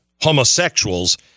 Homosexuals